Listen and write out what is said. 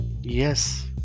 yes